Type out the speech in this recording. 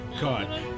God